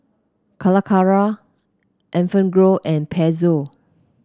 Calacara Enfagrow and Pezzo